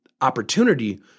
opportunity